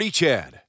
Chad